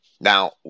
Now